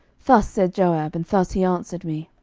thus said joab, and thus he answered me.